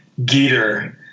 Geeter